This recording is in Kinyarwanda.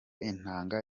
inanga